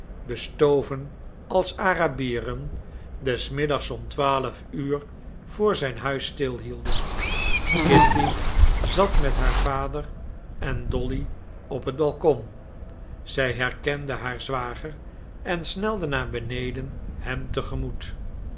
bestoven als arabieren des middags om twaalf uur voor zijn huis stilhielden kitty zat met haar vader en dolly op het balkon zij herkende haar zwager en snelde naar beneden hem